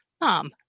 Mom